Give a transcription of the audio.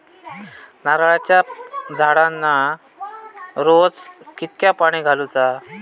नारळाचा झाडांना रोज कितक्या पाणी घालुचा?